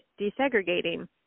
desegregating